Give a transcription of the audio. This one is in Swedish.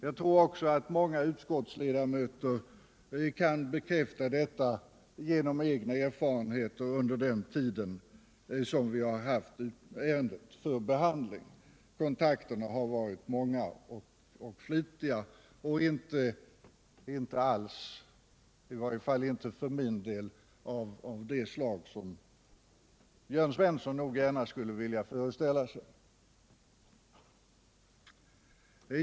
Jag tror också att många utskottsledamöter kan bekräfta detta genom egna erfarenheter under den tid vi har haft ärendet för behandling. Kontakterna har varit många och flitiga och inte alls — i varje fall inte för min del — av det slag som Jörn Svensson nog gärna skulle vilja föreställa sig.